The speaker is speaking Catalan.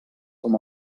com